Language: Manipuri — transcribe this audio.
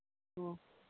ꯑꯣ